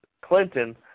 Clinton